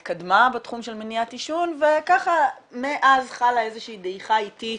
והתקדמה בתחום של מניעת עישון ומאז חלה איזו שהיא דעיכה איטית